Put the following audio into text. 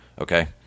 okay